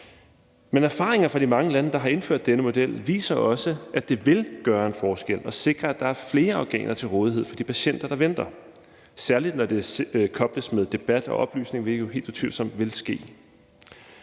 Men erfaringer fra de mange lande, der har indført denne model, viser også, at det vil gøre en forskel og sikre, at der er flere organer til rådighed for de patienter, der venter, særlig når det kobles med debat og oplysning, hvilket jo helt utvivlsomt vil ske.